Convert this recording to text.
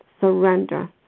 Surrender